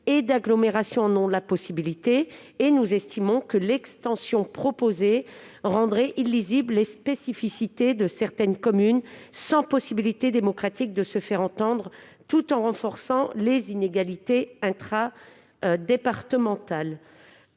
et d'agglomération en ont la possibilité. Nous estimons que l'extension proposée rendrait illisibles les spécificités de certaines communes sans leur laisser la possibilité démocratique de se faire entendre. Elle renforcerait en outre les inégalités intra-départementales.